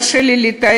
פשוט קשה לי לתאר,